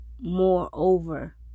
moreover